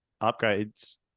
upgrades